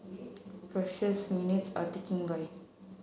precious minutes are ticking by